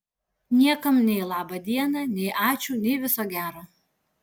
niekam nei laba diena nei ačiū nei viso gero